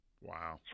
Wow